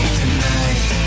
tonight